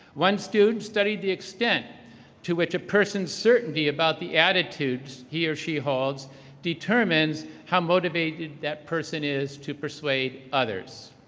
one student studied the extent to which a person's certainty about the attitudes he or she holds determines how motivated that person is to persuade others.